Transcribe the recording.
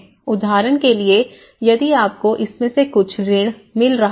उदाहरण के लिए यदि आपको इसमें से कुछ ऋण मिल रहा है